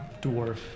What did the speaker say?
dwarf